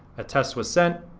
a test was sent